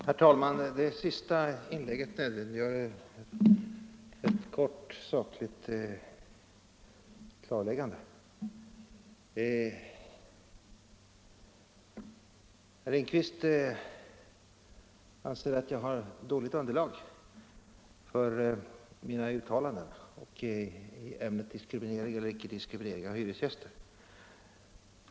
Herr talman! Det senaste inlägget nödvändiggör ett kort sakligt klarläggande. Herr Lindkvist anser att jag har dåligt underlag för mina uttalanden i ämnet diskriminering eller icke diskriminering av hyresgäster.